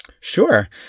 sure